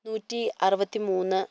നൂറ്റി അറുപത്തിമൂന്ന്